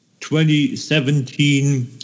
2017